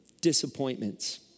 Disappointments